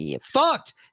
Fucked